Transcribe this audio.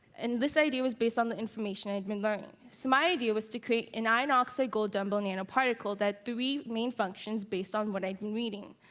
and this idea was based on the information i'd been learning. so my idea was to create an iron oxide gold dumbbell nanoparticle that had three main functions based on what i'd been reading.